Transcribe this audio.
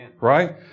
right